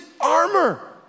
armor